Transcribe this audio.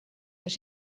but